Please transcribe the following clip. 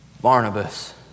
Barnabas